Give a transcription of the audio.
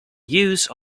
use